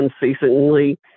unceasingly